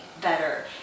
better